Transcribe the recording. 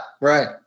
right